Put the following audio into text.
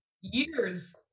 years